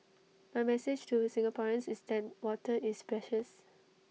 my message to Singaporeans is that water is precious